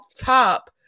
top